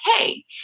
okay